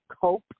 cope